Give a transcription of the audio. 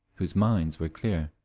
whose minds were clear,